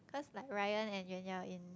is like Ryan and Yuanyao in